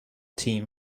team